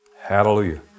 Hallelujah